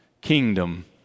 kingdom